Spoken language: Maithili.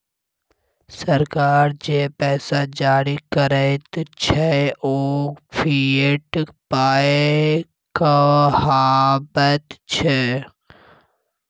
सरकार जे पैसा जारी करैत छै ओ फिएट पाय कहाबैत छै